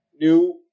new